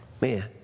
Man